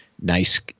Nice